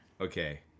Okay